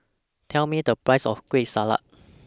Tell Me The Price of Kueh Salat